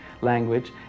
language